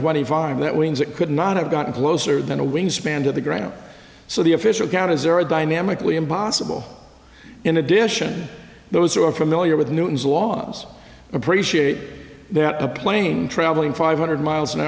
twenty five that wings it could not have gotten closer than a wingspan to the ground so the official count is there are dynamically impossible in addition those who are familiar with newton's laws appreciate that a plane traveling five hundred miles an